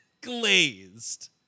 glazed